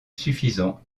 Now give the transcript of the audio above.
suffisant